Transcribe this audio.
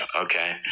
Okay